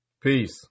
peace